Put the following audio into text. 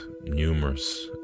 numerous